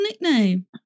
nickname